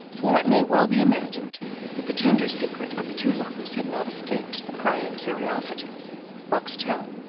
for it may well be imagined that the tender secret of the two lovers had not escaped the prying curiosity of boxtel.